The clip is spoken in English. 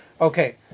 Okay